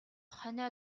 хонио